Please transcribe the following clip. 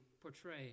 portray